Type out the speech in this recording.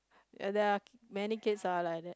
ya there are many kids are like that